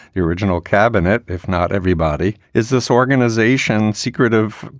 the original cabinet, if not everybody, is this organization, secretive,